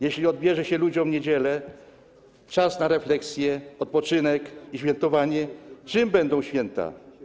Jeśli odbierze się ludziom niedziele, czas na refleksję, odpoczynek i świętowanie, czym będą święta?